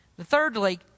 thirdly